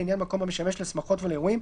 לעניין מקום המשמש לשמחות ולאירועים,